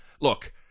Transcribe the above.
look